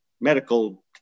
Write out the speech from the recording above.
medical